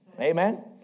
Amen